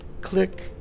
click